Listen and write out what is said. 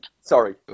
Sorry